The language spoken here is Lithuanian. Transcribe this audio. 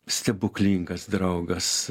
stebuklingas draugas